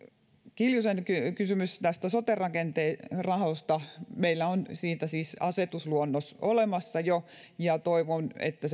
kiljusen kysymys sote rakenteen rahoista meillä on siitä siis asetusluonnos olemassa jo ja toivon että